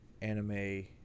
anime